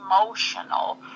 emotional